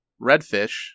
Redfish